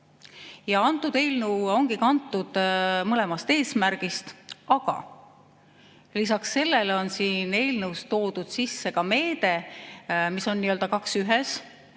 Antud eelnõu ongi kantud mõlemast eesmärgist. Lisaks sellele on siin eelnõus toodud sisse meede, mis on nii-öelda kaks ühes